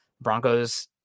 Broncos